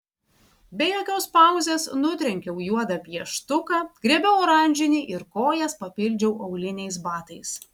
be jokios pauzės nutrenkiau juodą pieštuką griebiau oranžinį ir kojas papildžiau auliniais batais